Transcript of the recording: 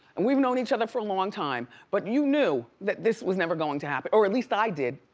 and we've known each other for a long time, but you knew that this was never going to happen. or at least i did.